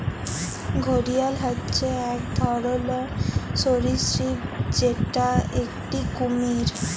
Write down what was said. ঘড়িয়াল হচ্যে এক ধরলর সরীসৃপ যেটা একটি কুমির